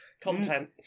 content